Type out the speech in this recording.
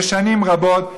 זה שנים רבות.